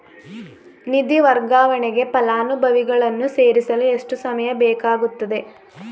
ನಿಧಿ ವರ್ಗಾವಣೆಗೆ ಫಲಾನುಭವಿಗಳನ್ನು ಸೇರಿಸಲು ಎಷ್ಟು ಸಮಯ ಬೇಕಾಗುತ್ತದೆ?